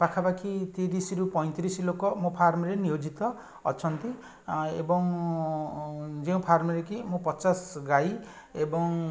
ପାଖାପାଖି ତିରିଶିରୁ ପଇଁତିରିଶି ଲୋକ ମୋ ଫାର୍ମରେ ନିୟୋଜିତ ଅଛନ୍ତି ଏବଂ ଯେଉଁ ଫାର୍ମରେ କି ମୁଁ ପଚାଶ ଗାଈ ଏବଂ